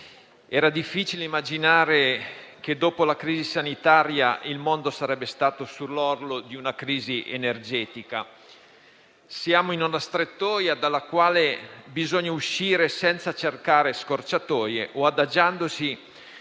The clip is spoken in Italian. era difficile immaginare che dopo la crisi sanitaria, il mondo sarebbe stato sull'orlo di una crisi energetica. Siamo in una strettoia dalla quale bisogna uscire senza cercare scorciatoie o adagiandosi